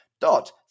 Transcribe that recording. DOT